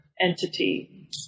entity